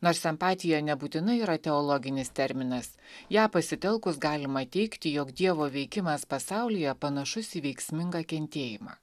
nors empatija nebūtinai yra teologinis terminas ją pasitelkus galima teigti jog dievo veikimas pasaulyje panašus į veiksmingą kentėjimą